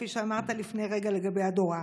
כפי שאמרת לפני רגע לגבי אדורה.